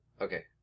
Okay